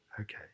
okay